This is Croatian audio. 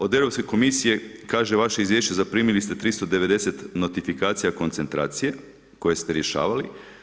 Od Europske komisije kaže vaše izvješće, zaprimili ste 390 notifikacija koncentracije koje ste rješavali.